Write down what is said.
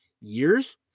years